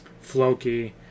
floki